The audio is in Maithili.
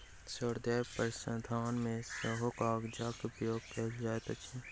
सौन्दर्य प्रसाधन मे सेहो कागजक उपयोग कएल जाइत अछि